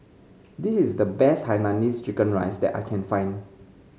this is the best Hainanese Chicken Rice that I can find